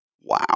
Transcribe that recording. Wow